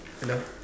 hello